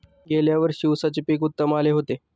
गेल्या वर्षी उसाचे पीक उत्तम आले होते